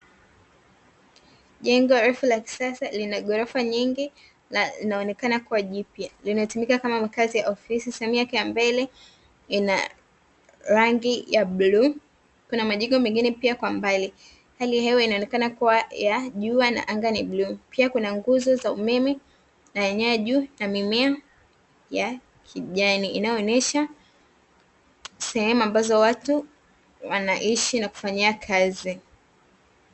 Jengo refu la kisasa lina ghorofa nyingi, na linaonekana kuwa jipya, linatumika kama makazi ya ofisi sehemu yake ya mbele inarangi ya bluu, kuna majengo mengine pia kwa mbali, hali yahewa inaonekana kuwa ya jua na anga la bluu, pia kuna nguzo za umeme na yenyewe juu na mimea ya kijani, inayoonyesha sehemu ambazo watu wanaishi na kufanyia kazi.